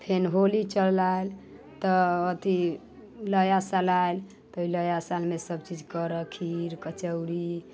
फेन होली चलि आयल तऽ अथी नया साल आयल तऽ नया सालमे सब चीज करऽ खीर कचौड़ी